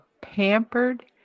pampered